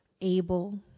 able